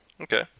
Okay